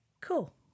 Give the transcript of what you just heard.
Cool